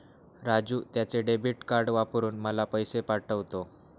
राजू त्याचे debit card वापरून मला पैसे पाठवतो